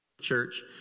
church